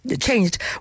changed